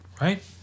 right